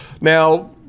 Now